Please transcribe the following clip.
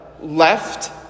left